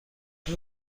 این